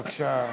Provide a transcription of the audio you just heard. בבקשה.